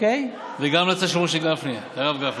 גם המלצה של הרב משה גפני.